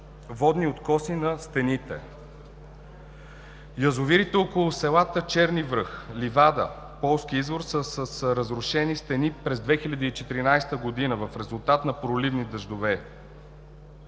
водни откоси на стените. Язовирите около селата Черни връх, Ливада, Полски извор са с разрушени стени през 2014 г. в резултат на проливни дъждове.